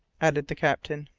added the captain.